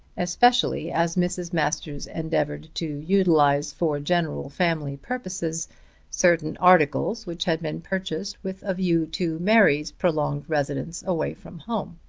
especially as mrs. masters endeavoured to utilize for general family purposes certain articles which had been purchased with a view to mary's prolonged residence away from home.